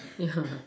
yeah